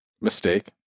Mistake